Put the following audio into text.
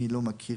אני לא מכיר